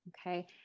Okay